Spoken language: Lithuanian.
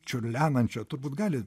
čiurlenančio turbūt gali